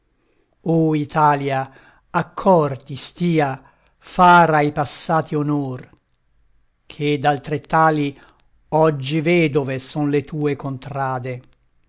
a cor ti stia far ai passati onor che d'altrettali oggi vedove son le tue contrade